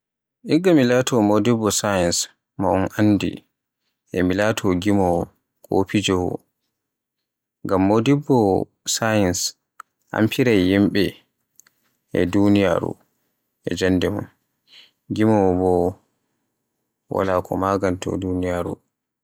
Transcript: Iggaa mi laato modibbo sayis mo un anndi e mi laato gimowo ko fijowo. Ngam modibbo sayis amfiray yimbe e duniyaaru e jannde mun, gimowo bo wala ko maganto duniyaaru.